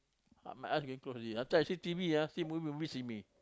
my eyes getting close already sometimes I see T_V or movie ah movie see me